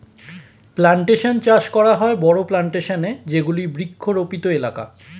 plantation চাষ করা হয় বড়ো প্লানটেশন এ যেগুলি বৃক্ষরোপিত এলাকা